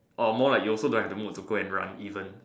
orh more like you also don't even have the mood to run even